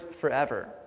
forever